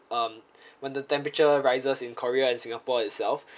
um when the temperature rises in korea and singapore itself